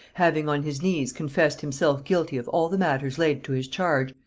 having on his knees confessed himself guilty of all the matters laid to his charge,